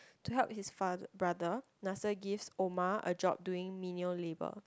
to help his fath~ brother Nasser gives Omar a job doing menial labour